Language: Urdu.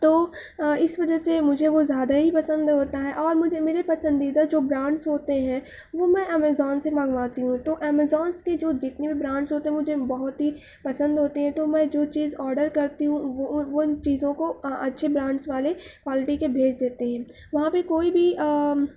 تو اس وجہ سے مجھے وہ زیادہ ہی پسند ہوتا ہے اور مجھے میرے پسندیدہ جو برانڈس ہوتے ہیں وہ میں امیزون سے منگواتی ہوں تو امیزونس کے جو جتنے بھی برانڈس ہوتے ہیں مجھے بہت ہی پسند ہوتے ہیں تو میں جو چیز آڈر کرتی ہوں وہ ان چیزوں کو اچھے برانڈس والے کوالٹی کے بھیج دیتے ہیں وہاں پہ کوئی بھی